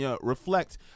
reflect